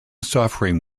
suffering